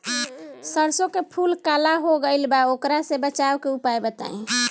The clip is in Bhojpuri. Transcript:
सरसों के फूल काला हो गएल बा वोकरा से बचाव के उपाय बताई?